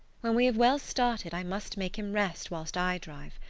when we have well started i must make him rest whilst i drive.